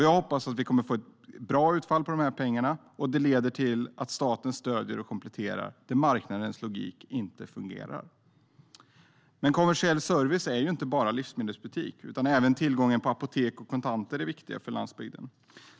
Jag hoppas att vi får ett bra utfall av de här pengarna och att de leder till att staten stöder och kompletterar där marknadens logik inte fungerar. Men kommersiell service är inte bara livsmedelsbutik. Även tillgången till apotek och kontanter är viktig på landsbygden.